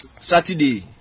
Saturday